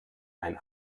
ein